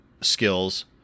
skills